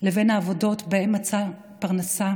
לבין העבודות שבהן מצאה פרנסה